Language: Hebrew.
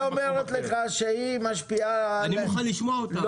היא אומרת לך שהיא משפיעה על --- אני מוכן לשמוע אותה,